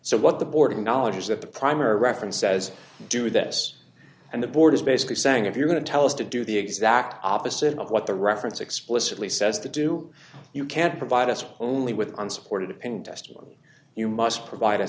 so what the board of knowledge is that the primary reference says do this and the board is basically saying if you're going to tell us to do the exact opposite of what the reference explicitly says to do you can't provide us wholly with unsupported opinion testimony you must provide